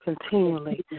continually